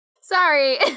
Sorry